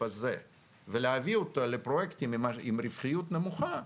הזה להביא אותו לפרויקטים עם רווחיות נמוכה,